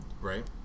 right